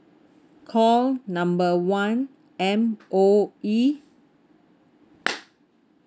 call number one M_O_E